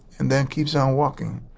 and then keeps on walking.